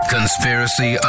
Conspiracy